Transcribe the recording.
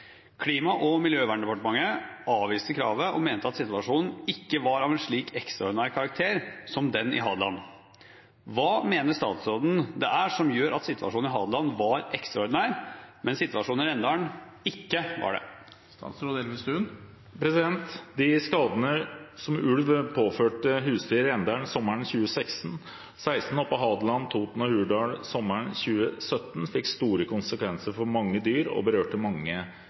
Klima- og miljødepartementet avviste kravet og mente at situasjonen «ikke var av en slik ekstraordinær karakter som den på Hadeland». Hva mener statsråden det er som gjør at situasjonen på Hadeland var ekstraordinær, mens situasjonen i Rendalen ikke var det?» De skadene som ulv påførte husdyr i Rendalen sommeren 2016 og på Hadeland, Toten og Hurdal sommeren 2017, fikk store konsekvenser for mange dyr og berørte mange